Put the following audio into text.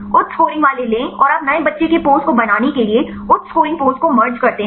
उच्च स्कोरिंग वाले लें और आप नए बच्चे के पोज को बनाने के लिए उच्च स्कोरिंग पोज को मर्ज करते हैं